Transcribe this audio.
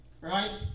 Right